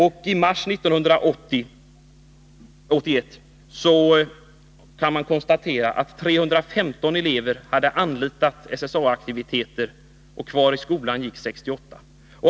Den 31 mars 1981 kan man konstatera att 315 elever anlitat SSA-aktiviteter, och kvar i skola eller på arbete fanns 68.